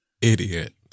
idiot